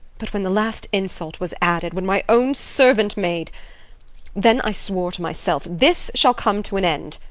but when the last insult was added when my own servant-maid then i swore to myself this shall come to an end!